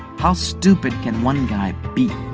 how stupid can one guy be!